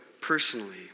personally